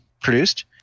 produced